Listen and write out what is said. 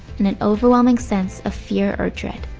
and an overwhelming sense of fear or dread.